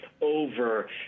over